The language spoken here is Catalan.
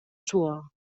suor